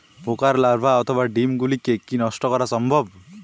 পোকার লার্ভা অথবা ডিম গুলিকে কী নষ্ট করা সম্ভব?